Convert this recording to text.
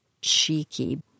cheeky